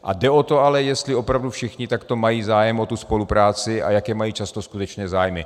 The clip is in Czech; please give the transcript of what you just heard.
A jde o to ale, jestli opravdu všichni takto mají zájem o spolupráci a jaké mají často skutečné zájmy.